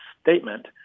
statement